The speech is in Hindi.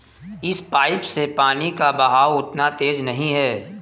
इस पाइप से पानी का बहाव उतना तेज नही है